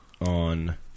on